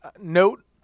note